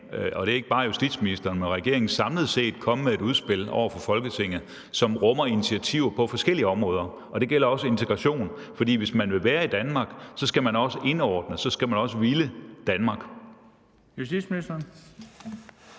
og det er ikke bare justitsministeren, men regeringen samlet set – komme med et udspil over for Folketinget, som rummer initiativer på forskellige områder? Og det gælder også integration, for hvis man vil være i Danmark, skal man også indordne sig; så skal man også ville Danmark. Kl. 13:46 Den